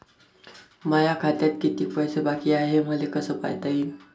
माया खात्यात किती पैसे बाकी हाय, हे मले कस पायता येईन?